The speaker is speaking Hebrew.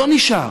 לא נשאר.